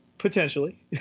Potentially